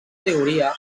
teoria